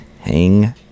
Hang